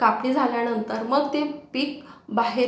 कापणी झाल्याणंतर मग ते पीक बाहेर